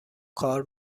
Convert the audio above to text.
کار